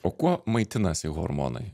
o kuo maitinasi hormonai